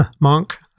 monk